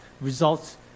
results